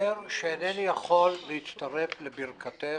מצטער שאינני יכול להצטרף לברכתך,